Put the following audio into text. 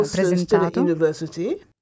presentato